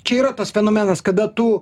čia yra tas fenomenas kada tu